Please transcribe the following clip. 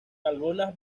algunas